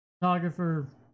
photographer